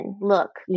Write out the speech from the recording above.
Look